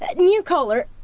new caller,